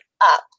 up